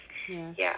ya